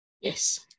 Yes